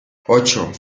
ocho